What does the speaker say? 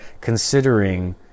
considering